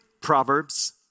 Proverbs